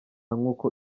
nkuko